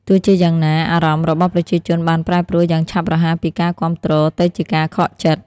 ទោះជាយ៉ាងណា អារម្មណ៍របស់ប្រជាជនបានប្រែប្រួលយ៉ាងឆាប់រហ័សពីការគាំទ្រទៅជាការខកចិត្ត។